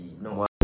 no